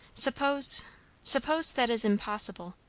suppose suppose that is impossible?